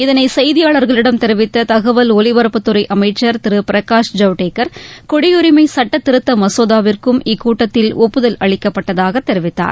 இதனை செய்தியாளர்களிடம் தெரிவித்த தகவல் ஒலிபரப்புத்துறை அமைச்சர் திரு பிரகாஷ் ஜவடேகர் குடியுரிமை சட்டத்திருத்த மசோதாவிற்கும் இக்கூட்டத்தில் ஒப்புதல் அளிக்கப்பட்டதாக தெரிவித்தார்